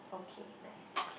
okay nice